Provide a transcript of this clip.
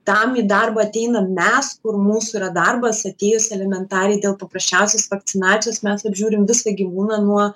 tam į darbą ateinam mes kur mūsų yra darbas atėjus elementariai dėl paprasčiausios vakcinacijos mes apžiūrim visą gyvūną nuo